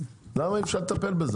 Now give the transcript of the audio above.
למה אי אפשר לטפל בזה?